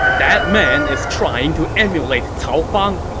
that man is trying to emulate cao fang!